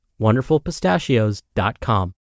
wonderfulpistachios.com